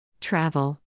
travel